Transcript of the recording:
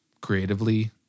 creatively